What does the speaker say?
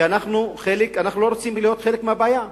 כי אנחנו לא רוצים להיות חלק מהבעיה,